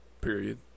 period